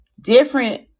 different